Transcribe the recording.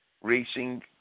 racing